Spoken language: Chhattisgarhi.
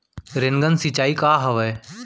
रेनगन सिंचाई का हवय?